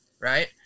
right